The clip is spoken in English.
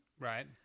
Right